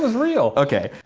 real! okay,